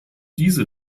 diese